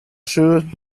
should